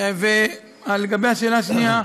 ולגבי השאלה השנייה,